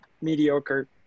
mediocre